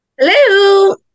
Hello